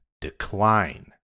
decline